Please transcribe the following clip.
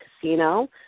casino